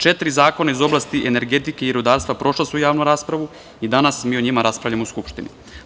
Četiri zakona iz oblasti energetike i rudarstva prošla su javnu raspravu i danas mi o njima raspravljamo u Skupštini.